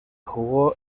jugó